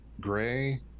Gray